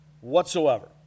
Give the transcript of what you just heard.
whatsoever